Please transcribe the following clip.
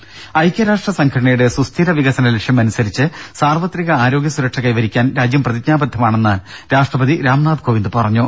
ദേദ ഐക്യരാഷ്ട്രസംഘടനയുടെ സുസ്ഥിര വികസന ലക്ഷ്യം അനുസരിച്ച് സാർവത്രിക ആരോഗ്യ സുരക്ഷ കൈവരിക്കാൻ രാജ്യം പ്രതിജ്ഞാബദ്ധമാണെന്ന് രാഷ്ട്രപതി രാംനാഥ് കോവിന്ദ് പറഞ്ഞു